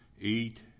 eat